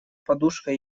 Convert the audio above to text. подушкой